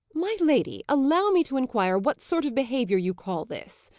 my lady, allow me to inquire what sort of behaviour you call this?